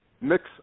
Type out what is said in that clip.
mix